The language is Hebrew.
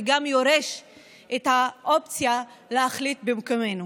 וגם יורש את האופציה להחליט במקומנו.